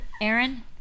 Aaron